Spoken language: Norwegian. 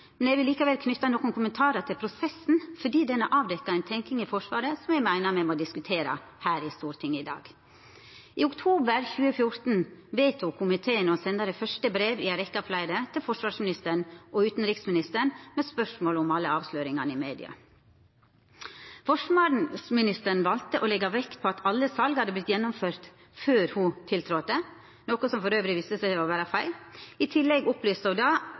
men eg vil likevel knyta nokre kommentarar til prosessen fordi han har avdekt ei tenking i Forsvaret som eg meiner me må diskutera her i Stortinget i dag. I oktober 2014 vedtok komiteen å senda det første brevet i ei rekkje av fleire til forsvarsministeren og utanriksministeren med spørsmål om alle avsløringane i media. Forsvarsministeren valde å leggja vekt på at alle sala hadde vorte gjennomførte før ho tiltredde, noko som viste seg å vera feil. I tillegg